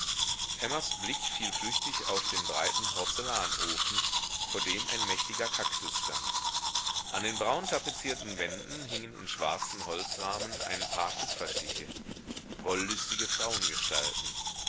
emmas blick fiel flüchtig auf den breiten porzellanofen vor dem ein mächtiger kaktus stand an den braun tapezierten wänden hingen in schwarzen holzrahmen ein paar kupferstiche wollüstige